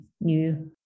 new